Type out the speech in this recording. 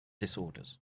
disorders